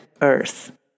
Earth